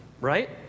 right